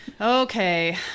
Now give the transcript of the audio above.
Okay